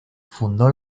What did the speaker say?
fundó